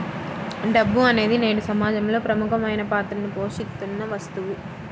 డబ్బు అనేది నేడు సమాజంలో ప్రముఖమైన పాత్రని పోషిత్తున్న వస్తువు